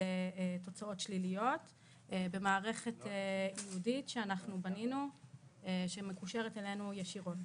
תוצאות שליליות במערכת ייעודית שאנחנו בנינו שמקושרת אלינו ישירות.